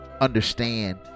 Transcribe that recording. understand